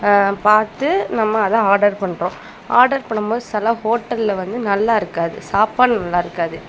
பார்த்து நம்ம அதை ஆடர் பண்ணுறோம் ஆடர் பண்ணும் போது சில ஹோட்டல்ல வந்து நல்லா இருக்காது சாப்பாடு நல்லா இருக்காது